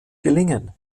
gelingen